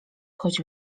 choć